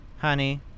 Honey